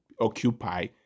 occupy